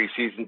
preseason